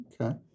Okay